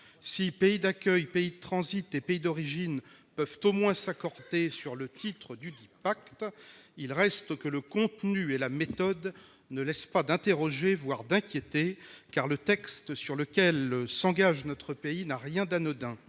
Si pays d'accueil, pays de transit et pays d'origine peuvent au moins s'accorder sur l'intitulé du pacte, il reste que le contenu et la méthode ne laissent pas d'interroger, voire d'inquiéter, car le texte sur lequel s'engage notre pays n'a rien d'anodin.